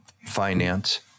finance